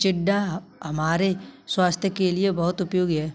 चिचिण्डा हमारे स्वास्थ के लिए बहुत उपयोगी होता है